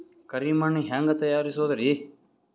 ಕರಿ ಮಣ್ ಹೆಂಗ್ ತಯಾರಸೋದರಿ?